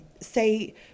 say